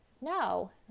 no